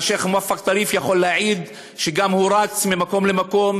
והשייח' מואפק טריף יכול להעיד שגם הוא רץ ממקום למקום,